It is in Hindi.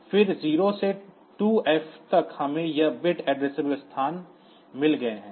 फिर 0 से 2F तक हमें यह बिट एड्रेसेबल स्थान मिल गए हैं